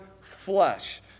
flesh